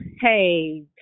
Hey